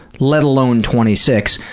let alone twenty six,